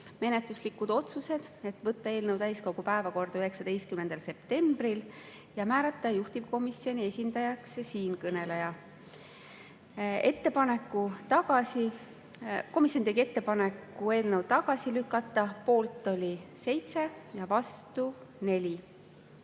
menetluslikud otsused, et võtta eelnõu täiskogu päevakorda 19. septembriks ja määrata juhtivkomisjoni esindajaks siinkõneleja. Komisjon tegi ettepaneku eelnõu tagasi lükata: poolt oli 7 ja vastu 4.